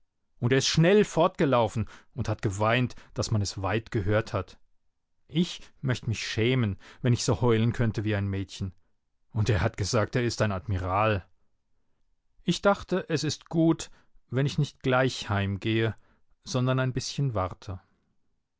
und er ist schnell fortgelaufen und hat geweint daß man es weit gehört hat ich möchte mich schämen wenn ich so heulen könnte wie ein mädchen und er hat gesagt er ist ein admiral ich dachte es ist gut wenn ich nicht gleich heimgehe sondern ein bißchen warte